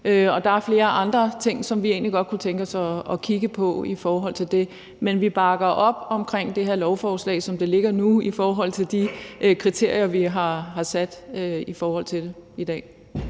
der er flere andre ting, som vi egentlig godt kunne tænke os at kigge på i forhold til det. Men vi bakker op om det her lovforslag, som det ligger nu, i forhold til de kriterier, vi har sat i dag.